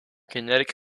kinetic